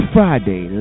Friday